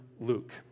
Luke